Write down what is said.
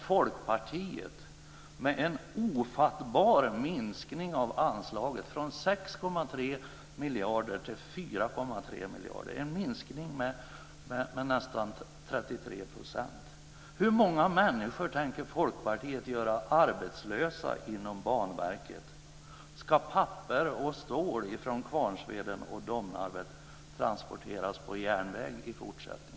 Folkpartiet föreslår en ofattbar minskning av anslaget från 6,3 miljarder till 4,3 miljarder, en minskning med nästan 33 %. Hur många människor tänker Folkpartiets framtidsvision?